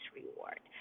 reward